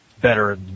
better